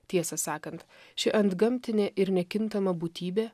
tiesą sakant ši antgamtinė ir nekintama būtybė